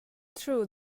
true